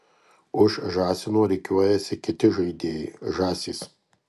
už žąsino rikiuojasi kiti žaidėjai žąsys